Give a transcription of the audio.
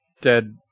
dead